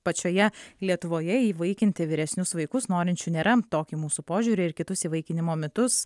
pačioje lietuvoje įvaikinti vyresnius vaikus norinčių nėra tokį mūsų požiūrį ir kitus įvaikinimo mitus